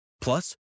plus